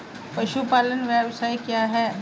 पशुपालन व्यवसाय क्या है?